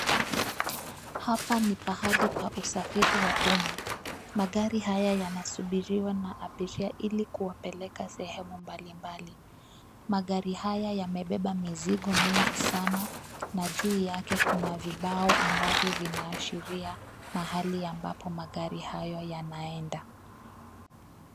Hapa ni pahali pa usafiri wa umma. Magari haya yanasubiriwa na abiria ili kuwapeleka sehemu mbalimbali. Magari haya yamebeba mizigo mingi sana, na juu yake kuna vibao ambavyo vinaashiria mahali ambapo magari hayo yanaenda.